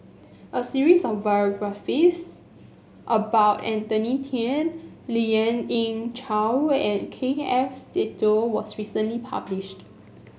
a series of biographies about Anthony Then Lien Ying Chow and K F Seetoh was recently published